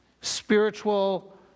Spiritual